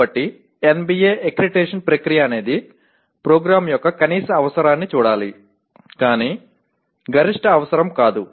కాబట్టి NBA accreditation ప్రక్రియ అనేది ప్రోగ్రామ్ యొక్క కనీస అవసరాన్ని చూడాలి కానీ గరిష్ట అవసరం కాదు